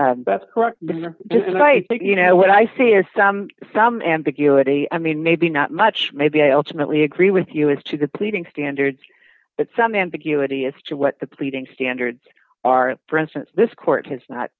and i think you know what i see is some ambiguity i mean maybe not much maybe a alternately agree with you as to the pleading standards that some ambiguity as to what the pleadings standards are for instance this court has not